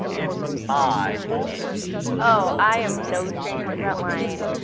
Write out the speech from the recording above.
it's my ish oh, i am no stranger to that line.